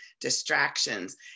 distractions